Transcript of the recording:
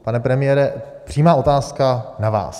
Pane premiére, přímá otázka na vás.